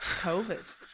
COVID